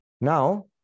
Now